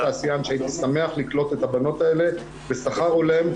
והן כתעשיין שהייתי שמח לקלוט את הבנות האלה בשכר הולם.